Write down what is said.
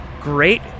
Great